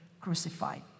crucified